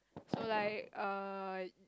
so like err